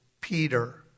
Peter